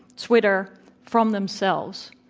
twitter from themselves,